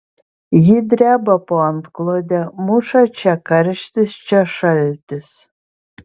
ji dreba po antklode muša čia karštis čia šaltis